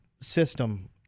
system